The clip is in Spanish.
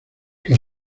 que